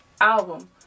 album